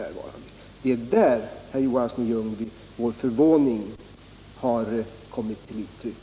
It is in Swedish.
Det är där, herr Johansson i Ljungby, vår förvåning har kommit till uttryck.